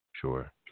Sure